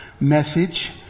message